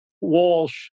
Walsh